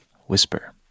Whisper